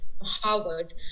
harvard